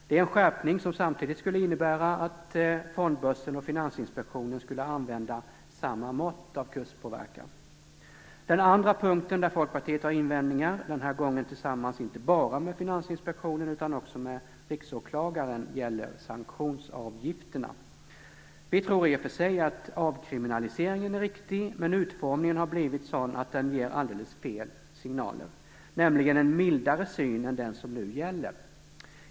Det är en skärpning som samtidigt skulle innebära att fondbörsen och Finansinspektionen skulle använda samma mått av kurspåverkan. Den andra punkten där Folkpartiet har invändningar - den här gången inte bara tillsammans med Finansinspektionen utan också tillsammans med Riksåklagaren - gäller sanktionsavgifterna. Vi tror i och för sig att avkriminaliseringen är riktig, men utformningen har blivit sådan att den ger alldeles fel signaler, nämligen en mildare syn än den som nu gäller.